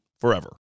forever